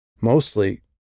Mostly